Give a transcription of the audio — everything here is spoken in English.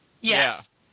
Yes